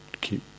keep